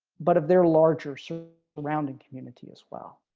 but if they're larger so around and community as well.